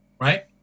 right